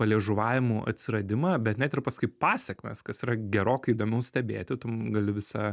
paliežuvavimų atsiradimą bet net ir paskui pasekmes kas yra gerokai įdomiau stebėti tu mum gali visą